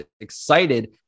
excited